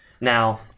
Now